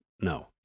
no